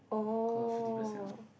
cause fifty percent off